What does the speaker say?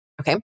okay